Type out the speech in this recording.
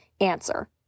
Answer